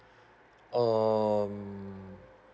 um